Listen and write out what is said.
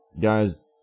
guys